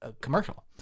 commercial